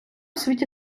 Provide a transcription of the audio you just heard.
світі